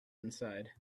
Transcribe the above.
inside